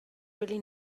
really